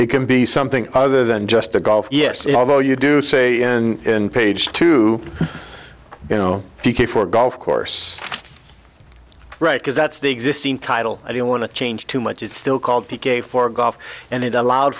it can be something other than just the golf yes although you do say in page two you know for golf course right because that's the existing title i don't want to change too much it's still called p k for golf and it allowed